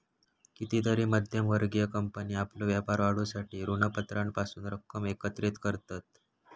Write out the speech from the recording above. कितीतरी मध्यम वर्गीय कंपनी आपलो व्यापार वाढवूसाठी ऋणपत्रांपासून रक्कम एकत्रित करतत